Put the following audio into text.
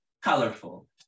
colorful